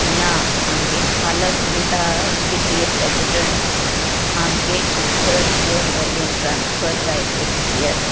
ना आमगे पालक म्हणटा पी टी ए प्रेजीडन्ट आमगे टिचर जो मेरेन ट्रान्सफर जायत